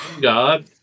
God